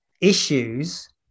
issues